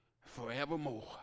forevermore